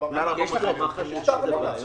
לדעתי